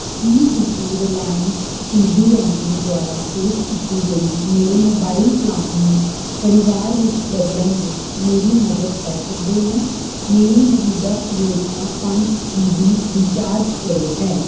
ਕੀ ਤੁਸੀਂ Reliance C D M A ਦੁਆਰਾ ਪੇਸ਼ ਕੀਤੀ ਗਈ ਮੇਰੇ ਮੋਬਾਈਲ ਪਲਾਨ ਨੂੰ ਪਰਿਵਾਰ ਵਿੱਚ ਬਦਲਣ ਵਿੱਚ ਮੇਰੀ ਮਦਦ ਕਰ ਸਕਦੇ ਹੋ ਮੇਰੀ ਮੌਜੂਦਾ ਯੋਜਨਾ ਪੰਜ ਜੀ ਬੀ ਰੀਚਾਰਜ ਕਰੋ ਹੈ